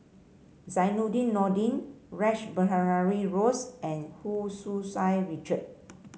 Zainudin Nordin Rash Behari Bose and Hu Tsu Richard